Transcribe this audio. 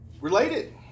related